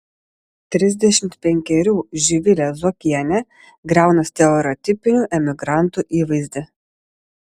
trisdešimt penkerių živilė zuokienė griauna stereotipinių emigrantų įvaizdį